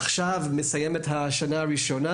עכשיו הוא מסיים את השנה הראשונה.